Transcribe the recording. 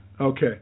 Okay